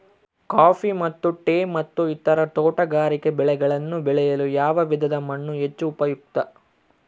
Coffee ಮತ್ತು tea ಮತ್ತು ಇತರ ತೋಟಗಾರಿಕೆ ಬೆಳೆಗಳನ್ನು ಬೆಳೆಯಲು ಯಾವ ವಿಧದ ಮಣ್ಣು ಹೆಚ್ಚು ಉಪಯುಕ್ತ?